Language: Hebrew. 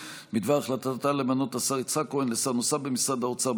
בדבר החלטתה למנות את השר יצחק כהן לשר נוסף במשרד האוצר,